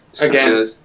Again